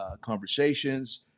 conversations